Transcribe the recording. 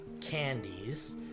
candies